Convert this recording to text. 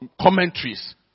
commentaries